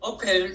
Okay